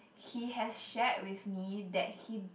he has shared with me that he